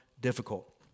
difficult